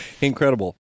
Incredible